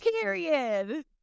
Period